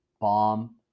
bomb